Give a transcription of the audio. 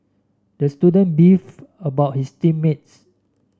the student beefed about his team mates